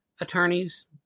attorneys